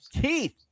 Keith